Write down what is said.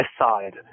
Aside